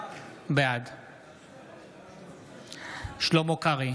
בעד שלמה קרעי,